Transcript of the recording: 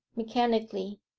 mechanically.